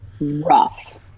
Rough